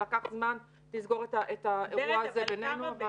לקח זמן לסגור את האירוע הזה בינינו.